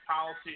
policy